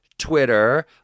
Twitter